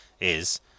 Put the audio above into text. is